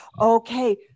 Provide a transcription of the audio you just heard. Okay